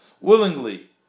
willingly